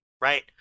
right